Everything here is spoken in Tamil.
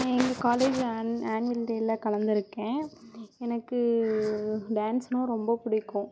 எங்கள் காலேஜில் ஆன்வல்டேயில கலந்திருக்கேன் எனக்கு டான்ஸுனா ரொம்ப பிடிக்கும்